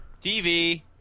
tv